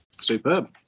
Superb